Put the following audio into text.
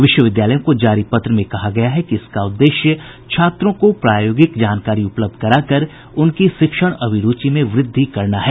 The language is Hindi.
विश्वविद्यालयों को जारी पत्र में कहा गया है कि इसका उद्देश्य छात्रों को प्रायोगिक जानकारी उपलब्ध कराकर उनकी शिक्षण अभिरूचि में वृद्धि करना है